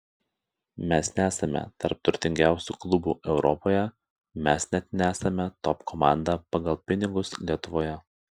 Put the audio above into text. mes nesame tarp turtingiausių klubų europoje mes net nesame top komanda pagal pinigus lietuvoje